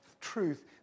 truth